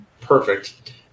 perfect